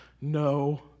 No